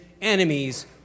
enemies